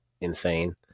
insane